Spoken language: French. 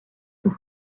sous